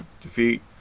defeat